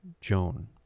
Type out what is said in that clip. Joan